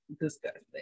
disgusting